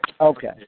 Okay